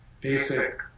basic